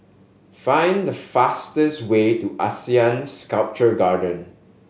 find the fastest way to ASEAN Sculpture Garden